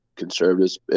conservatives